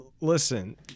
listen